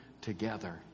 together